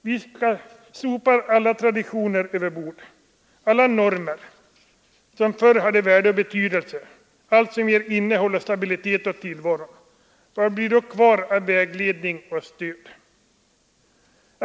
Vi sopar alla traditioner över bord, alla normer som förr hade värde och betydelse, allt som ger innehåll och stabilitet åt tillvaron. Vad blir då kvar av vägledning och stöd?